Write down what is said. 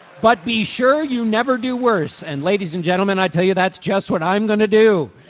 but be sure you never do worse. and ladies and gentlemen i tell you that's just what i'm going to do.